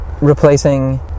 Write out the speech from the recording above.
replacing